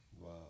Wow